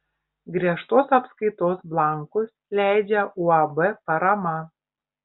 griežtos apskaitos blankus leidžia uab parama